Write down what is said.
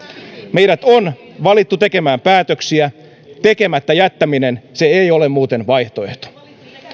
meidät on valittu tekemään päätöksiä tekemättä jättäminen ei ole muuten vaihtoehto